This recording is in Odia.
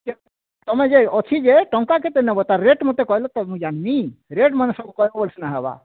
କେ ତୁମେ ଯେ ଅଛି ଯେ ଟଙ୍କା କେତେ ନବ ତା' ରେଟ୍ ମୋତେ କହିଲ ମୁଁ ଜାଣ୍ବି ରେଟ୍ମାନ ସବୁ କହିବୋ ବୋଲେ ସିନା ହେବା